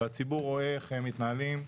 והציבור רואה איך הדברים מתנהלים.